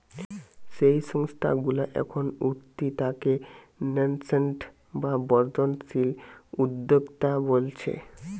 যেই সংস্থা গুলা এখন উঠতি তাকে ন্যাসেন্ট বা বর্ধনশীল উদ্যোক্তা বোলছে